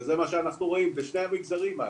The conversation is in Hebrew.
וזה מה שאנחנו רואים, בשני המגזרים אגב.